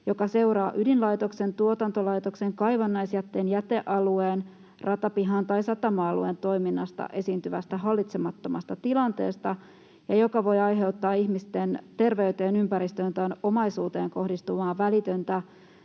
joka seuraa ydinlaitoksen, tuotantolaitoksen, kaivannaisjätteen jätealueen, ratapihan tai satama-alueen toiminnassa esiintyvästä hallitsemattomasta tilanteesta ja joka voi aiheuttaa ihmisten terveyteen, ympäristöön tai omaisuuteen kohdistuvaa välitöntä